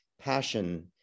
passion